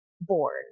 born